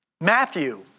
Matthew